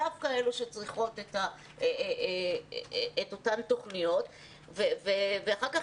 דווקא אלה שצריכות את אותן תוכניות ואחר כך